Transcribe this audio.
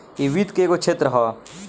इ वित्त के एगो क्षेत्र ह